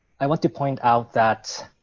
i want to point out that